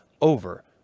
over